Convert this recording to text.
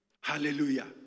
Hallelujah